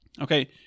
Okay